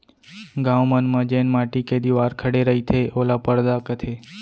गॉंव मन म जेन माटी के दिवार खड़े रईथे ओला परदा कथें